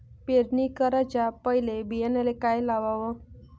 पेरणी कराच्या पयले बियान्याले का लावाव?